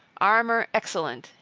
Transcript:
armor excellent,